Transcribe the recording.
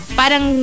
parang